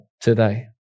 today